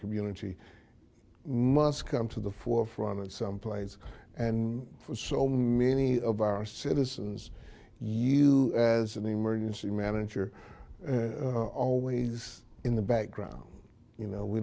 community must come to the forefront in some places and for so many of our citizens you as an emergency manager and always in the background you know we